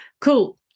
Cool